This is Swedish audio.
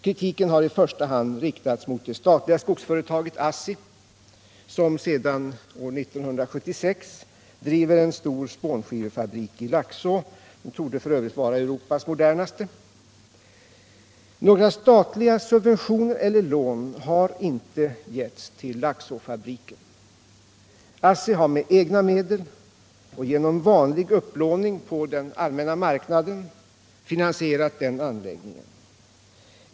Kritiken har i första hand riktats mot det statliga skogsföretaget ASSI, som sedan år 1976 driver en stor spånskivefabrik i Laxå. Den torde f. ö. vare Europas modernaste. Några statliga subventioner eller lån har inte givits till Laxåfabriken. ASSI har med egna medel och genom vanlig upplåning på den allmänna marknaden finansierat anläggningen.